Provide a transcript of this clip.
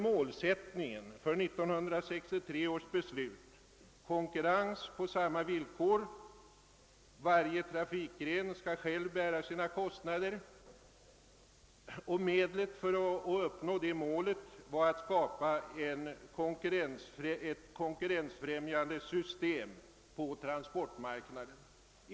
Målsättningen vid 1963 års beslut var ju att de olika trafikgrenarna skulle konkurrera på lika villkor och själva bära sina kostnader, och medlet för att uppnå detta mål var att skapa ett konkurrensfrämjande system på transportmarknaden.